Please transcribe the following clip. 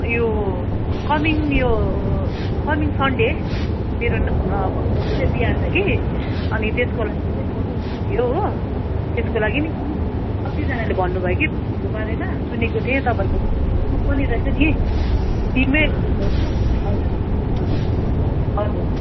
यो कमिङ यो coming Sunday मेरो बहिनीको चाहिँ बिहा छ कि अनि त्यसको लागि चाहिँ फोटोसुट थियो हो त्यसको लागि नि कतिजनाले भन्नुभयो कि तपाईँहरूको बारेमा सुनेको थिएँ तपाईँहरूको ग्रुप ग्रुप पनि रहेछ नि टिमै हुनुहुँदो रहेछ हजुर हजुर हजुर